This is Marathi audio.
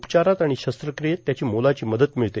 उपचारात आणि शस्त्रक्रियेत त्याची मोलाची मदत मिळते